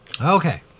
Okay